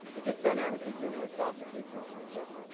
it just dynamically generates off of the existent stuff.